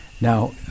Now